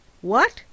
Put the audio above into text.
What